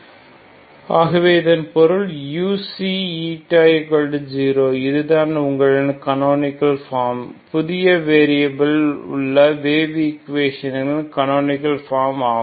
ஆகவே இதன் பொருள் uξη0 இதுதான் உங்களது கனோனிகள் ஃபார்ம் புதிய வேரிய பில்லில் உள்ள வேவ் ஈகுவேஷனின் இன் கனோனிகள் ஃபார்ம் ஆகும்